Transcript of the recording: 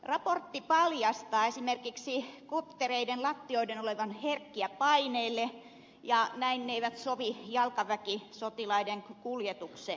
raportti paljastaa esimerkiksi koptereiden lattioiden olevan herkkiä paineelle ja näin ne eivät sovi jalkaväkisotilaiden kuljetukseen